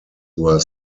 were